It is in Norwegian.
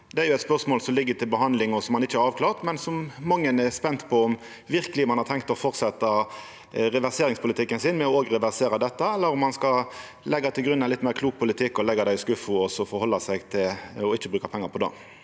Det er eit spørsmål som ligg til behandling og som ein ikkje har avklart, men mange er spente på om ein verkeleg har tenkt å halda fram reverseringspolitikken sin med òg å reversera dette – eller om ein skal leggja til grunn ein litt meir klok politikk og leggja det i skuffen og forhalda seg til ikkje å bruka pengar på det.